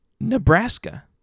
Nebraska